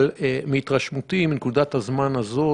אבל מהתרשמותי בנקודת הזמן הזאת